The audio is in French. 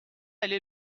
allé